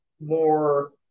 more